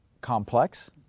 complex